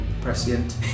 prescient